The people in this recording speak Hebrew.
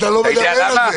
אתה יודע למה?